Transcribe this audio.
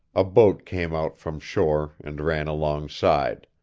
a boat came out from shore and ran alongside,